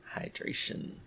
Hydration